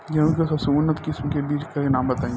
गेहूं के सबसे उन्नत किस्म के बिज के नाम बताई?